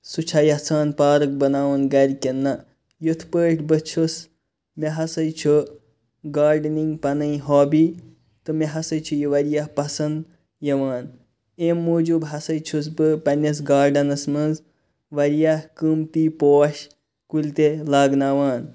سُہ چھا یَژھان پارک بَناون گَرِ کِنہٕ نہَ یِتھ پٲٹھۍ بہٕ چھُس مےٚ ہَسا چھ گاڈٕنِنٛگ پَنٕنۍ ہابی تہٕ مےٚ ہَسا چھِ یہِ واریاہ پَسَنٛد یِوان امہِ موٗجُوٗب ہَسا چھُس بہٕ پَننِس گاڈٕنَس مَنٛز واریاہ قیٖمتی پوش کُلۍ تہِ لاگناوان